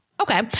Okay